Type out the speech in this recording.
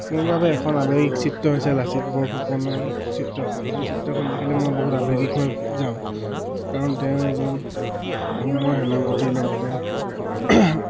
মোৰ বাবে এখন আৱেগিক চিত্ৰ হৈছে লাচিত বৰফুকনৰ চিত্ৰখন সেই চিত্ৰখন দেখিলে মই বহুত আৱেগিক হৈ যাওঁ কাৰণ তেওঁ এজন আহোমৰ সেনাপতিৰ লগতে